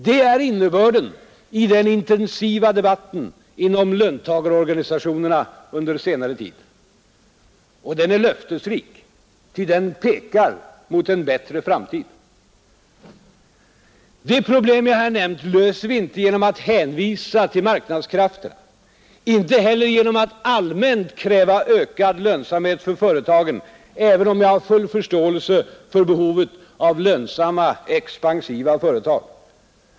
Det är innebörden i den intensiva debatten inom löntagarorganisationerna under senare tid. Och den är löftesrik. Ty den pekar mot en bättre framtid. De problem jag här nämnt löser vi inte genom att hänvisa till marknadskrafterna. Inte heller genom att allmänt kräva ökad lönsamhet för företagen, även om jag har full förståelse för behovet av lönsamma, expansiva företag.